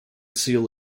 seal